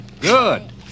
Good